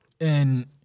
And-